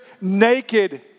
naked